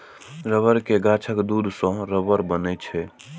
रबड़ के गाछक दूध सं रबड़ बनै छै